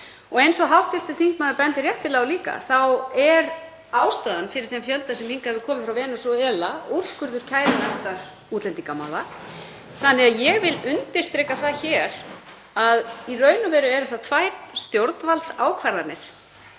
Eins og hv. þingmaður bendir réttilega á líka þá er ástæðan fyrir þeim fjölda sem hingað hefur komið frá Venesúela úrskurður kærunefndar útlendingamála. Þannig að ég vil undirstrika það hér að í raun og veru eru það tvær stjórnvaldsákvarðanir